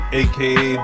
aka